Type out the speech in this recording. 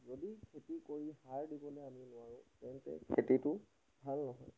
যদি খেতি কৰি সাৰ দিবলৈ আমি নোৱাৰোঁ তেন্তে খেতিটো ভাল নহয়